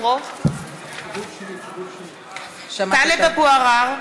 (קוראת בשמות חברי הכנסת) טלב אבו עראר,